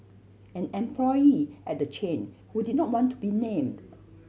an employee at the chain who did not want to be named